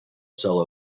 solo